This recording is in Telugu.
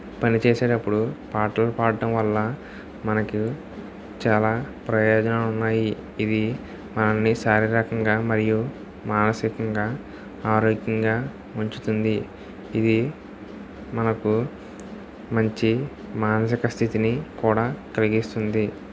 పని చేసేడప్పుడు పాటలు పాడటం వల్ల మనకి చాలా ప్రయోజనాలు ఉన్నాయి ఇవి మనల్ని శారీరకంగా మరియు మానసికంగా ఆరోగ్యంగా ఉంచుతుంది ఇది మనకు మంచి మానసిక స్థితిని కూడా కలిగిస్తుంది